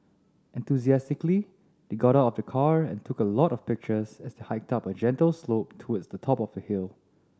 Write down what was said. enthusiastically they got out of the car and took a lot of pictures as they hiked up a gentle slope towards the top of the hill